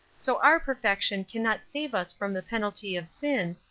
so our perfection cannot save us from the penalty of sin,